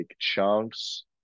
chunks